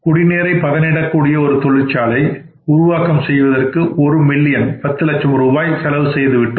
குடிநீரை பதனிடக்கூடிய ஒரு தொழிற்சாலை உருவாக்கம் செய்வதற்கு ஒரு மில்லியன் 10 லட்சம் ரூபாய் செலவு செய்து விட்டோம்